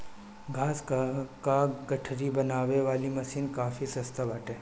घास कअ गठरी बनावे वाली मशीन काफी सस्ता बाटे